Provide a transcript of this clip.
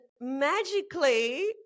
magically